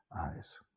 eyes